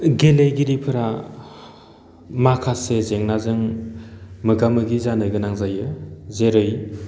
गेलेगिरिफोरा माखासे जेंनाजों मोगा मोगि जानो गोनां जायो जेरै